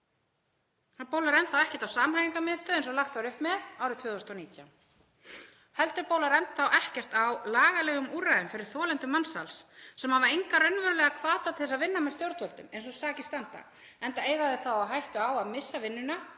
Það bólar enn þá ekkert á samhæfingarmiðstöð eins og lagt var upp með árið 2019 né heldur bólar enn þá neitt á lagalegum úrræðum fyrir þolendur mansals sem hafa enga raunverulega hvata til að vinna með stjórnvöldum eins og sakir standa, enda eiga þau þá á hættu að missa vinnuna,